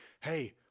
Hey